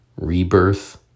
Rebirth